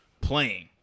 playing